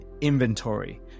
inventory